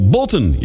Bolton